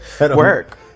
Work